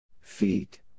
Feet